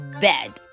Bed